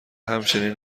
همچنین